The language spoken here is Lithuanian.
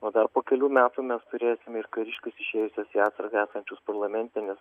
o dar po kelių metų mes turėsime ir kariškius išėjusius į atsargą esančius parlamente nes